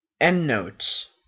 Endnotes